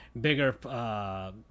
bigger